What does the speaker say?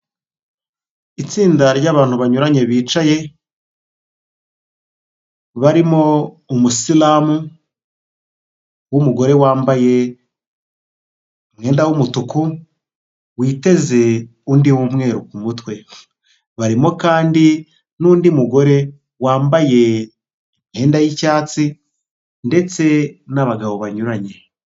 Itsinda ryabantu banyuranye bicaye barimo umusilamu wumugore wambaye umwenda w'umutuku witeze undi w'umweru kumutwe, barimo kandi n'undi mugore wambaye imyenda yicyatsi ndetse nabagabo banyuranye.